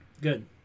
good